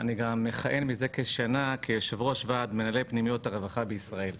אני גם מכהן מזה כשנה כיושב ראש ועד מנהלי פנימיות הרווחה בישראל.